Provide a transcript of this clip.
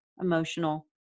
emotional